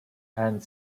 and